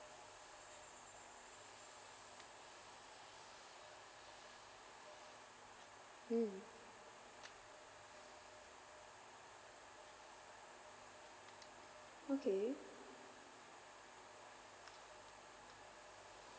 mm okay